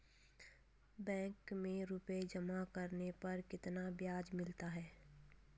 Bank में रुपये जमा करने पर कितना ब्याज मिलता है?